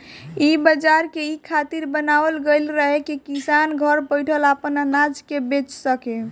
इ बाजार के इ खातिर बनावल गईल रहे की किसान घर बैठल आपन अनाज के बेचा सके